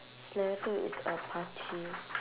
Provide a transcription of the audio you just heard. scenario two is a party